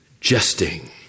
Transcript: jesting